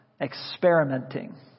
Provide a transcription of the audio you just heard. experimenting